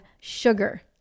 sugar